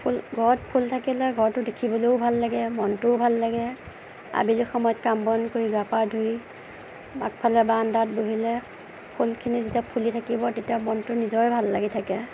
ফুল ঘৰত ফুল থাকিলে ঘৰটো দেখিবলৈও ভাল মনটোও ভাল লাগে আবেলি সময়ত কাম বন কৰি গা পা ধুই আগফালে বাৰান্দাত বহিলে ফুলখিনি যেতিয়া ফুলি থাকিব তেতিয়া মনটো নিজৰে ভাল লাগি থাকে